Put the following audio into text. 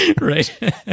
Right